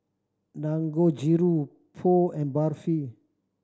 Dangojiru Pho and Barfi